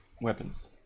weapons